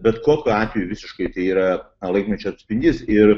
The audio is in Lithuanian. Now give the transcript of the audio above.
bet kokiu atveju visiškai tai yra laikmečio atspindys ir